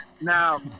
Now